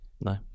no